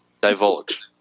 Divulge